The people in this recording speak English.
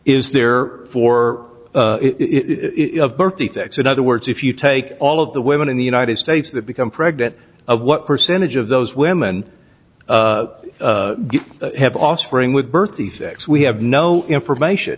is there for birth defects in other words if you take all of the women in the united states that become pregnant what percentage of those women have offspring with birth defects we have no information